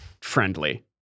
friendly